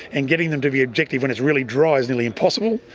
and getting them to be objective when it's really dry is nearly impossible,